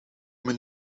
mij